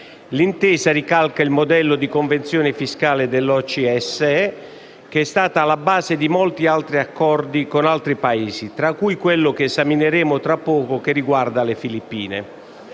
L'intesa ricalca il modello di convenzione fiscale dell'OCSE, che è stata alla base di molti accordi con altri Paesi, tra cui quello che esamineremo tra poco che riguarda le Filippine,